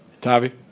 Tavi